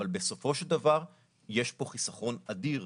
אבל בסופו של דבר יש פה חיסכון אדיר,